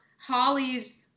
Holly's